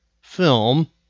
film